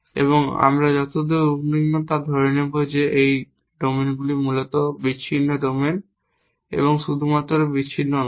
এবং আমরা যতদূর উদ্বিগ্ন তা ধরে নেব যে এই ডোমেনগুলি মূলত বিচ্ছিন্ন ডোমেন এবং শুধুমাত্র বিচ্ছিন্ন নয়